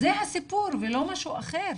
זה הסיפור ולא משהו אחר.